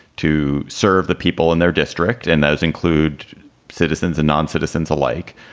to serve the people in their district and those include citizens and non-citizens alike,